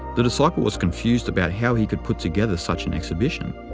the disciple was confused about how he could put together such an exhibition.